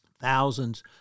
thousands